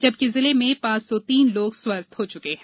जबकि जिले में पांच सौ तीन लोग स्वस्थ हो चुके हैं